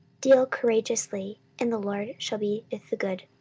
deal courageously, and the lord shall be with the good.